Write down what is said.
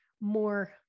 more